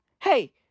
Hey